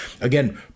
Again